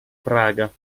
praga